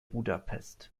budapest